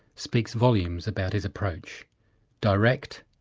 speaks volumes about his approach direct,